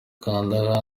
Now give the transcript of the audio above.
kanda